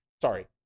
sorry